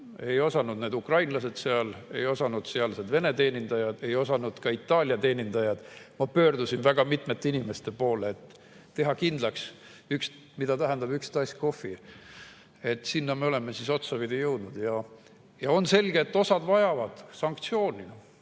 Ei osanud need ukrainlased seal, ei osanud sealsed vene teenindajad, ei osanud ka itaalia teenindajad. Ma pöördusin väga mitmete inimeste poole, et teha kindlaks, [kas nad teavad,] mida tähendab "Üks tass kohvi". Sinna me oleme siis otsapidi jõudnud. On selge, et osa vajab sanktsioone